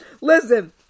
Listen